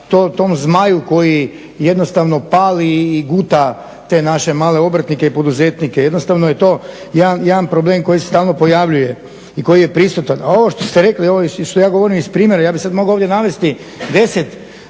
tom zmaju koji jednostavno pali i guta te naše male obrtnike i poduzetnike, jednostavno je to jedan problem koji se stalno pojavljuje i koji je prisutan. A ovo što ste rekli i ovo što ja govorim iz primjera ja bih sada ovdje mogao navesti